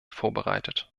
vorbereitet